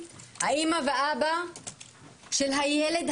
האימא והאבא של הילד,